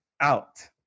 out